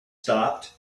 stopped